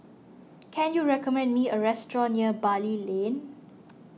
can you recommend me a restaurant near Bali Lane